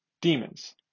demons